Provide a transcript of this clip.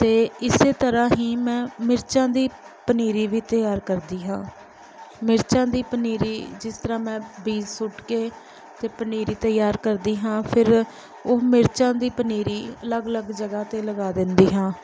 ਅਤੇ ਇਸ ਤਰ੍ਹਾਂ ਹੀ ਮੈਂ ਮਿਰਚਾਂ ਦੀ ਪਨੀਰੀ ਵੀ ਤਿਆਰ ਕਰਦੀ ਹਾਂ ਮਿਰਚਾਂ ਦੀ ਪਨੀਰੀ ਜਿਸ ਤਰ੍ਹਾਂ ਮੈਂ ਬੀਜ ਸੁੱਟ ਕੇ ਤੇ ਪਨੀਰੀ ਤਿਆਰ ਕਰਦੀ ਹਾਂ ਫੇਰ ਉਹ ਮਿਰਚਾਂ ਦੀ ਪਨੀਰੀ ਅਲੱਗ ਅਲੱਗ ਜਗ੍ਹਾ 'ਤੇ ਲਗਾ ਦਿੰਦੀ ਹਾਂ